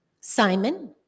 Simon